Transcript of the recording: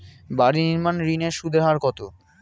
বাড়ি নির্মাণ ঋণের সুদের হার কত?